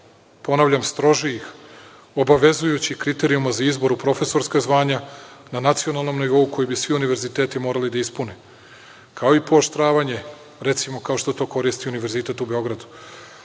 ponavljam strožijih, obavezujućih kriterijuma za izbor u profesorska zvanja na nacionalnom nivou, koji bi svi univerziteti morali da ispune, kao i pooštravanje, recimo, kao što to koristi Univerzitet u Beogradu,